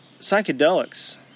psychedelics